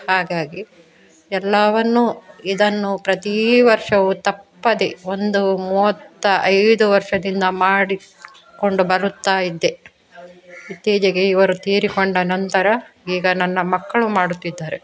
ಹಾಗಾಗಿ ಎಲ್ಲವನ್ನೂ ಇದನ್ನು ಪ್ರತಿವರ್ಷವು ತಪ್ಪದೇ ಒಂದು ಮೂವತ್ತ ಐದು ವರ್ಷದಿಂದ ಮಾಡಿ ಕೊಂಡು ಬರುತ್ತಾ ಇದ್ದೆ ಇತ್ತೀಚೆಗೆ ಇವರು ತೀರಿಕೊಂಡ ನಂತರ ಈಗ ನನ್ನ ಮಕ್ಕಳು ಮಾಡುತ್ತಿದ್ದಾರೆ